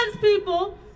people